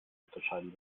unterscheiden